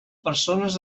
persones